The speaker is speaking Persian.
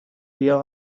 بیا